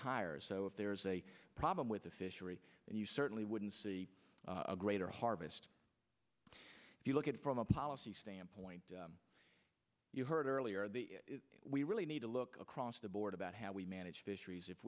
higher so if there is a problem with the fishery and you certainly wouldn't see a greater harvest if you look at it from a policy standpoint you heard earlier that we really need to look across the board about how we manage fisheries if